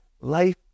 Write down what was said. Life